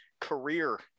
career